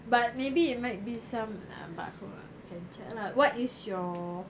but maybe it might be some aku can check lah what is your